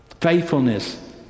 Faithfulness